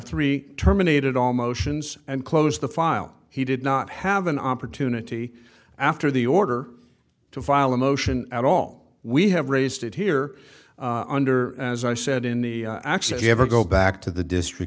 three terminated all motions and close the file he did not have an opportunity after the order to file a motion at all we have raised it here under as i said in the actual you ever go back to the district